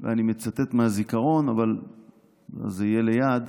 אני מצטט מהזיכרון, אבל זה יהיה ליד,